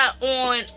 on